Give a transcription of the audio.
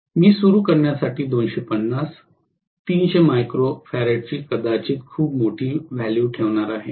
तर मी सुरू करण्यासाठी 250 300 मायक्रो फॅरडची कदाचित खूप मोठी व्हॅल्यू ठेवणार आहे